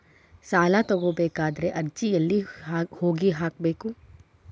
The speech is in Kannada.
ಸಾಲ ತಗೋಬೇಕಾದ್ರೆ ಅರ್ಜಿ ಎಲ್ಲಿ ಹೋಗಿ ಹಾಕಬೇಕು?